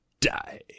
Die